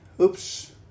oops